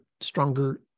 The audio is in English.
stronger